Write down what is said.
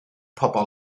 pobl